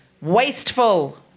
Wasteful